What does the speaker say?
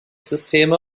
systeme